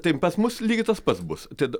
tai pas mus lygiai tas pats bus tad